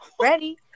ready